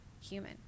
human